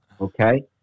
Okay